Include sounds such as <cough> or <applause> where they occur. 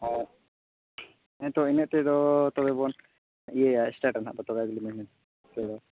ᱚ ᱦᱮᱸ ᱛᱚ ᱤᱱᱟᱹᱜ ᱛᱮᱫᱚ ᱛᱚᱵᱮ ᱵᱚᱱ ᱤᱭᱟᱹᱭᱟ ᱥᱴᱟᱴᱟ <unintelligible>